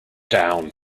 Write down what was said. down